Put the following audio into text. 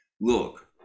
look